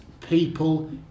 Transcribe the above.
people